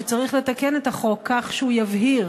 שצריך לתקן את החוק כך שהוא יבהיר